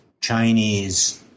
Chinese